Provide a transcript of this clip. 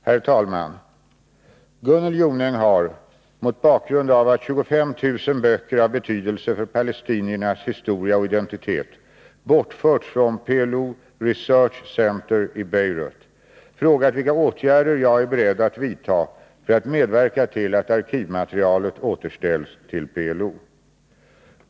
Herr talman! Gunnel Jonäng har, mot bakgrund av att 25 000 böcker har betydelse för palestiniernas historia och identitet bortförts från PLO Research Center i Beirut, frågat vilka åtgärder jag är beredd att vidta för att medverka till att arkivmaterialet återställs till PLO.